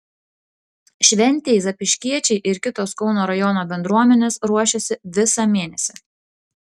šventei zapyškiečiai ir kitos kauno rajono bendruomenės ruošėsi visą mėnesį